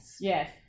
yes